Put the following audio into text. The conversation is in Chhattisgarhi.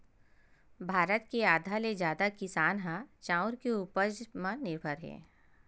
भारत के आधा ले जादा किसान ह चाँउर के उपज म निरभर हे